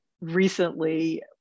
recently